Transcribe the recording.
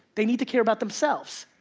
they need to care about themselves.